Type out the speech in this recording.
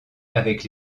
avec